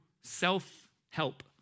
self-help